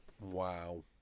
Wow